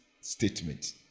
statement